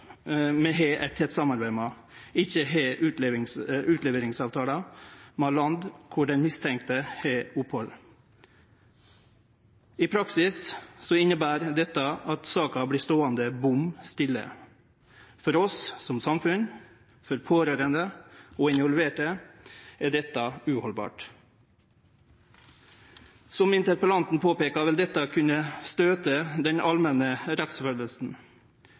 har eit tett samarbeid med, men ikkje har utleveringsavtaler med, og der den mistenkte har opphald. I praksis inneber dette at saka vert ståande bom stille. For oss som samfunn, for pårørande og involverte er dette uhaldbart. Som interpellanten påpeiker, vil dette kunne støyte den allmenne rettsfølelsen.